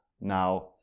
Now